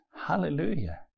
Hallelujah